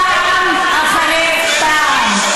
פעם אחרי פעם.